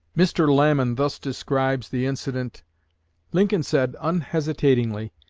mr. lamon thus describes the incident lincoln said, unhesitatingly,